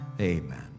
amen